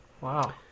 Wow